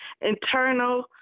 Internal